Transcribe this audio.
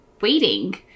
waiting